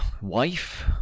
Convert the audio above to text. wife